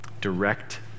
direct